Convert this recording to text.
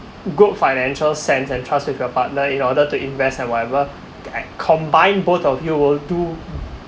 good financial sense and trust with your partner in order to invest and whatever combine both of you will do